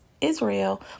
Israel